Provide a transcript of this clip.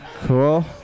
Cool